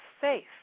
safe